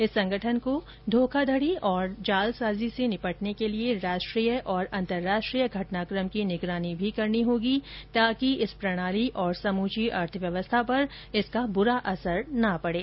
इस संगठन को धोखाधड़ी और जालसाजी से निपटने के लिए राष्ट्रीय और अंतर्राष्ट्रीय घटनाक्रम की निगरानी भी करनी होगी ताकि इस प्रणाली और समूची अर्थव्यवस्था पर इसका बुरा असर न पड़े